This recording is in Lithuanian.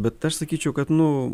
bet aš sakyčiau kad nu